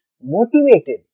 motivated